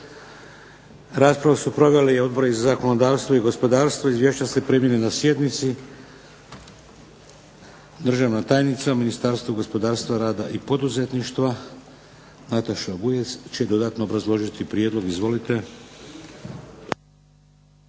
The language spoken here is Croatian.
Raspravu su proveli odbori za zakonodavstvo i gospodarstvo. Izvješća ste primili na sjednici. Državna tajnica u Ministarstvu gospodarstva, rada i poduzetništva Nataša Vujec će dodatno obrazložiti prijedlog. Izvolite.